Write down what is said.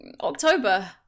October